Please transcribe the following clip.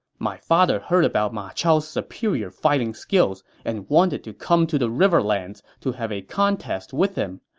my father heard about ma chao's superior fighting skills and wanted to come to the riverlands to have a contest with him.